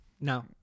No